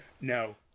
no